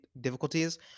difficulties